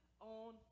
on